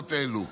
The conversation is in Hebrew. להתבטאויות אלו.